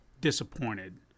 disappointed